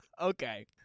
Okay